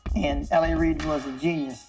and l a. reid was a genius